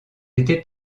été